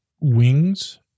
wings